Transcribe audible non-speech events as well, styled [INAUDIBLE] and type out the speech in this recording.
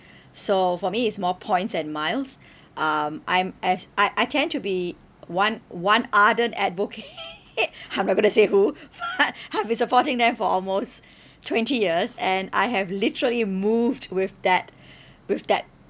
so for me it's more points and miles um I'm as I I tend to be one one ardent advocate [LAUGHS] I'm not going to say who [LAUGHS] but I've been supporting them for almost twenty years and I have literally moved with that with that